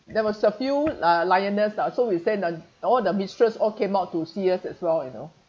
that was a few uh lioness ah so we've seen uh all the mistress all came out to see us as well you know